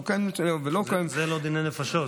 וכאן, כפי שנדרש וכפי שמצפים מאיתנו,